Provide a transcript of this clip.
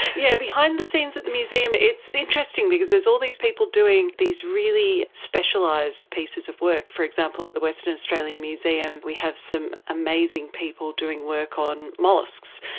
yeah behind the scenes at the museum it's interesting because there's all these people doing these really specialised pieces of work. for example, at the western australian museum we have some amazing people doing work on molluscs,